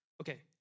Okay